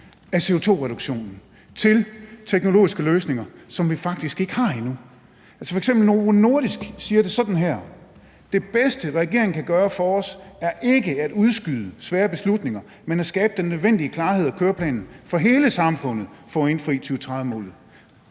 af CO2-reduktionen, til at der er teknologiske løsninger, som vi faktisk ikke har endnu? F.eks. siger Novo Nordisk det sådan her: »Det bedste, regeringen kan gøre for os, er ikke at udskyde de svære beslutninger, men at skabe den nødvendige klarhed og køreplan for hele samfundet for at indfri 2030-målet.«